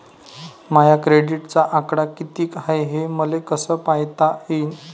माया क्रेडिटचा आकडा कितीक हाय हे मले कस पायता येईन?